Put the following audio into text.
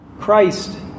Christ